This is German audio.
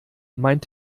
meinte